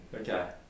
Okay